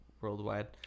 worldwide